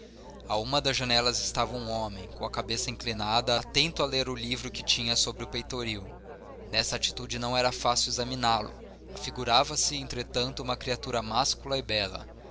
a uma das janelas estava um homem com a cabeça inclinada atento a ler o livro que tinha sobre o peitoril nessa atitude não era fácil examiná-lo afigurava-se entretanto uma criatura máscula e bela